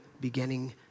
beginning